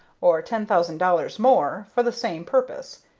or ten thousand dollars more, for the same purpose.